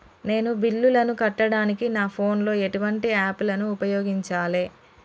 నేను బిల్లులను కట్టడానికి నా ఫోన్ లో ఎటువంటి యాప్ లను ఉపయోగించాలే?